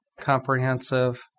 comprehensive